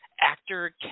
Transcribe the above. actor